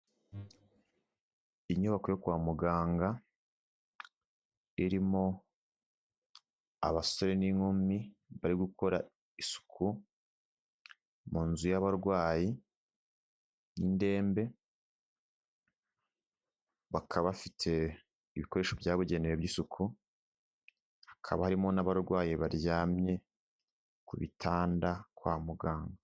Inyubako yo kwa muganga irimo abasore n'inkumi bari gukora isuku mu nzu y'abarwayi n'indembe bakaba bafite ibikoresho byabugenewe by'isuku. Hakaba harimo n'abarwayi baryamye ku bitanda kwa muganga.